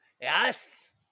Yes